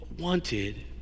wanted